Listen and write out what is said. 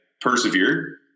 persevered